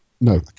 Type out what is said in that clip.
no